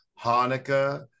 Hanukkah